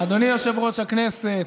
אדוני יושב-ראש הכנסת,